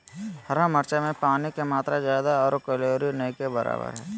हरा मिरचाय में पानी के मात्रा ज्यादा आरो कैलोरी नय के बराबर हइ